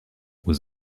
was